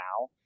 now